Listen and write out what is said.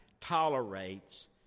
tolerates